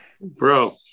bro